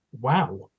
Wow